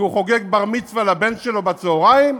הוא חוגג בר-מצווה לבן שלו בצהריים?